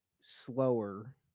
slower